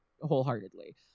wholeheartedly